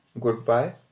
goodbye